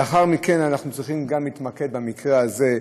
לאחר מכן אנחנו צריכים להתמקד, במקרה הזה,